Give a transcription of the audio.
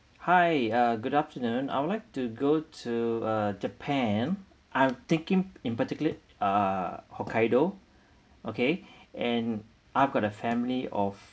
hi uh good afternoon I would like to go to uh japan I'm thinking in particularly uh hokkaido okay and I've got a family of